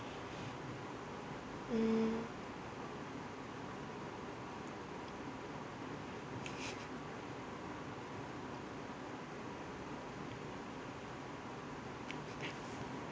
mm